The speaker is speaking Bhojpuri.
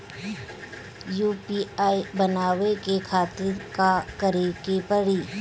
यू.पी.आई बनावे के खातिर का करे के पड़ी?